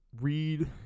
read